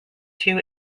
two